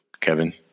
Kevin